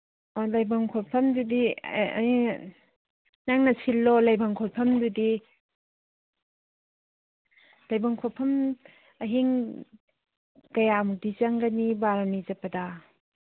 ꯂꯩꯕꯝ ꯈꯣꯠꯐꯝꯁꯤꯗꯤ ꯅꯪꯅ ꯁꯤꯜꯂꯣ ꯂꯩꯕꯝ ꯈꯣꯠꯐꯝꯗꯨꯗꯤ ꯂꯩꯕꯝ ꯈꯣꯠꯐꯝ ꯑꯍꯤꯡ ꯀꯌꯥꯃꯨꯛꯇꯤ ꯆꯪꯒꯅꯤ ꯕꯥꯔꯨꯅꯤ ꯆꯠꯄꯗ